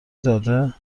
داده